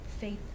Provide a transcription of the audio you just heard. faith